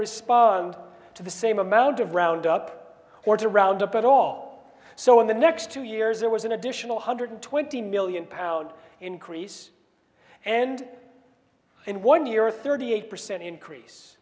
respond to the same amount of roundup or to round up at all so in the next two years there was an additional one hundred twenty million pound increase and in one year thirty eight percent increase